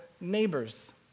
neighbors